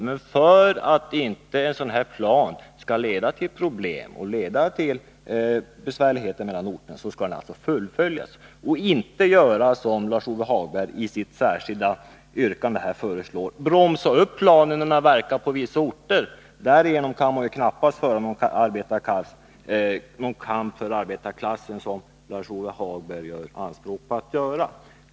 Men för att en sådan plan inte skall medföra problem och leda till besvärligheter mellan orterna skall den alltså fullföljas. Man skall alltså inte göra så som Lars-Ove Hagberg i sitt särskilda yrkande här föreslår, bromsa upp planen när den har verkat på vissa orter. Därigenom kan man knappast föra någon kamp för arbetarklassen, som Lars-Ove Hagberg gör anspråk på att göra.